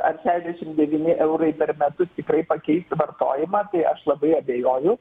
ar šešiasdešimt devyni eurai per metus tikrai pakeis vartojimą tai aš labai abejoju